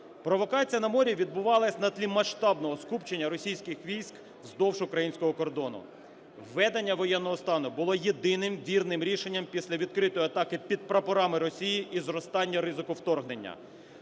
Провокація на морі відбувалась на тлі масштабного скупчення російських військ вздовж українського кордону. Введення воєнного стану було єдиним вірним рішенням після відкритої атаки під прапорами Росії і зростання ризику вторгнення.